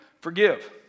Forgive